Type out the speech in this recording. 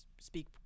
speak